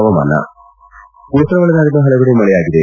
ಹವಾಮಾನ ಉತ್ತರ ಒಳನಾಡಿನ ಹಲವೆಡೆ ಮಳೆಯಾಗಿದೆ